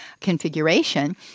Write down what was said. configuration